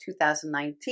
2019